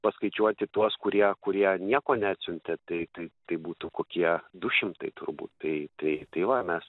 paskaičiuoti tuos kurie kurie nieko neatsiuntė tai tai tai būtų kokie du šimtai turbūt tai tai tai va mes